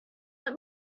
let